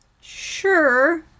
sure